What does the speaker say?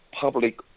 public